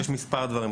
יש מספר דברים.